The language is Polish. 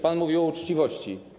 Pan mówi o uczciwości.